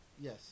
Yes